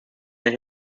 mehr